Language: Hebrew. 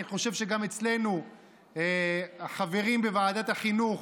אני חושב שגם אצלנו חברים בוועדת החינוך,